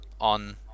on